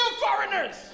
foreigners